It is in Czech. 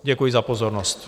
Děkuji za pozornost.